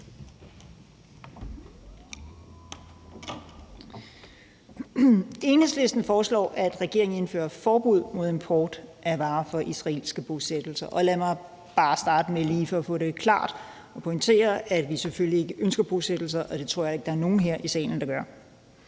Enhedslisten foreslår, at regeringen indfører forbud mod import af varer fra israelske bosættelser. Lad mig bare, for lige at få det klart, starte med at pointere, at vi selvfølgelig ikke ønsker bosættelser, og det tror jeg ikke der er nogen her i salen der gør.